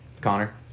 Connor